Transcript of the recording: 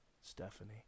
Stephanie